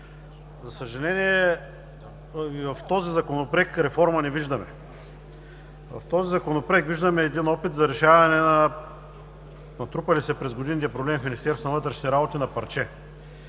За съжаление, и в този законопроект реформа не виждаме. В този законопроект виждаме опит за решаване на натрупали се през годините проблеми в Министерството на вътрешните работи на парче.